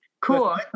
Cool